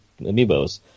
Amiibos